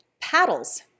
paddles